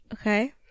Okay